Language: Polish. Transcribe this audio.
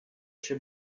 się